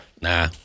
Nah